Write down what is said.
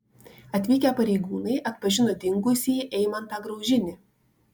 atvykę pareigūnai atpažino dingusįjį eimantą graužinį